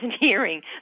hearing